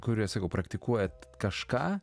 kurie sakau praktikuojat kažką